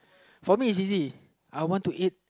for me is easy I want to eat